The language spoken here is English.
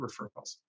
referrals